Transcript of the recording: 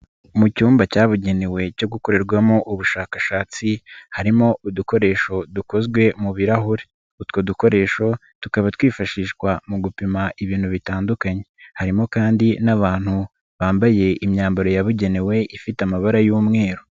Mu cyumba cyabugenewe cyo gukorerwamo ubushakashatsi, harimo udukoresho dukozwe mu birahuri, utwo dukoresho tukaba twifashishwa mu gupima ibintu bitandukanye, harimo kandi n'abantu bambaye imyambaro yabugenewe ifite amabara y'umweru.